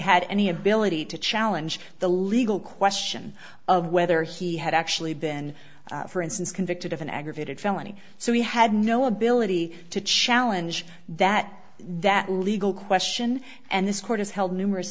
had any ability to challenge the legal question of whether he had actually been for instance convicted of an aggravated felony so he had no ability to challenge that that legal question and this court has held numerous